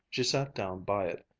she sat down by it,